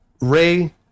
Ray